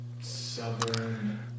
southern